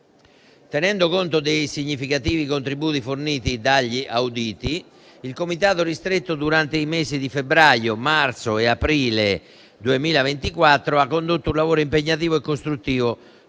Tenendo conto dei significativi contributi forniti dagli auditi, il comitato ristretto, durante i mesi di febbraio, marzo e aprile 2024, ha condotto un lavoro impegnativo e costruttivo,